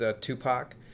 Tupac